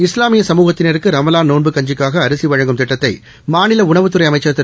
இஸ்லாமிய சமூகத்தினருக்கு ரமலாள் நோன்பு கஞ்சிற்காக அரிசி வழங்கும் திட்டத்தை மாநில உணவுத்துறை அமைச்சர் திரு